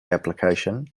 application